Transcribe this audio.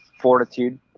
fortitude